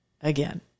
Again